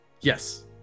Yes